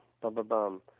Bum-Bum-Bum